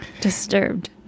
Disturbed